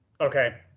Okay